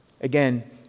Again